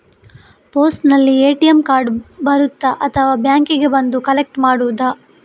ಪೋಸ್ಟಿನಲ್ಲಿ ATM card ಬರುತ್ತಾ ಅಥವಾ ಬ್ಯಾಂಕಿಗೆ ಬಂದು ಕಲೆಕ್ಟ್ ಮಾಡುವುದು?